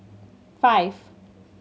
five